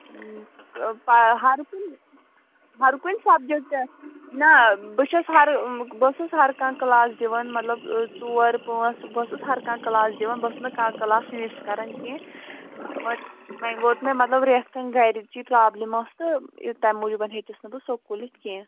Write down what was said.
ہر کُنہِ ہر کُنہِ سَبجَکٹس نہَ بہٕ چھَس ہر بہٕ ٲسٕس ہر کانٛہہ کٕلاس دِوان مطلب ژور پٲنٛژھ بہٕ ٲسٕس ہر کانٛہہ کٕلاس دِوان بہٕ ٲسٕس نہٕ کانٛہہ کٕلاس مِس کران کیٚنٛہہ وۄنۍ ووت مےٚ مطلب رٮ۪تھ کھنٛڈ گرِچی پرٛابلِم طُرہبلعمظ ٲس تہٕ تَمہِ موٗجوٗب ہیٚچِس نہٕ بہٕ سکوٗل یِتھ کیٚنٛہہ